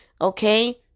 Okay